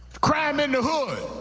crime in the hood?